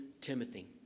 Timothy